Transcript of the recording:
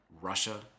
Russia